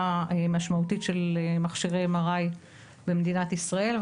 משמעותית של מכשירי MRI במדינת ישראל.